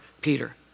Peter